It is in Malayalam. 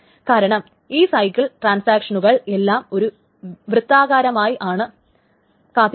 കാരണം ഈ സൈക്കിളിൽ ട്രാൻസാക്ഷനുകൾ എല്ലാം ഒരു വൃത്താകാരമായി ആണ് കാത്തിരിക്കുന്നത്